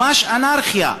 ממש אנרכיה.